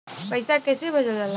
पैसा कैसे भेजल जाला?